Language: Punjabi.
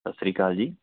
ਸਤਿ ਸ਼੍ਰੀ ਅਕਾਲ ਜੀ